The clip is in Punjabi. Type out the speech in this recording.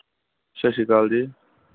ਸਤਿ ਸ਼੍ਰੀ ਅਕਾਲ ਜੀ